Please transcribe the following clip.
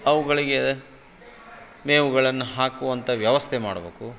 ಅವುಗಳಿಗೆ ಮೇವುಗಳನ್ನು ಹಾಕುವಂಥ ವ್ಯವಸ್ಥೆ ಮಾಡ್ಬೇಕು